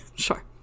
Sure